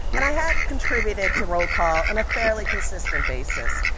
and i had contributed to roll call on a fairly consistent basis,